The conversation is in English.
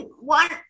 one